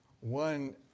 One